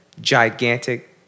gigantic